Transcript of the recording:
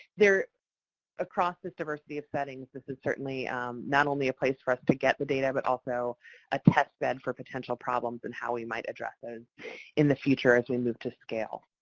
across this diversity of settings, this is certainly not only a place for us to get the data but also a test bed for potential problems and how we might address those in the future as we move to scale.